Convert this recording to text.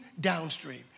downstream